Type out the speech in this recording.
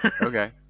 Okay